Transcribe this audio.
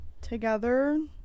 Together